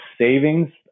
savings